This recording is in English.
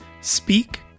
speak